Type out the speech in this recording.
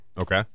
Okay